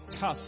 tough